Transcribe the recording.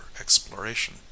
exploration